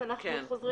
אז אנחנו חוזרים,